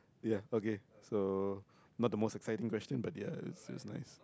ya okay so not the most exciting question but ya it's it's nice